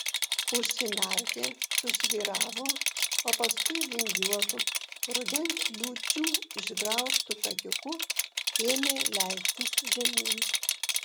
užsimerkė susvyravo o paskui vingiuotu rudens liūčių išgraužtu takiuku ėmė leistis žemyn